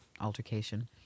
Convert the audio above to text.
altercation